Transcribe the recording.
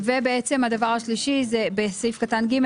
ובעצם הדבר השלישי זה בסעיף קטן (ג).